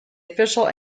official